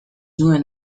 nuen